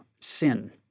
sin